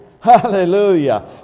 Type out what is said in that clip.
Hallelujah